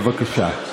בבקשה.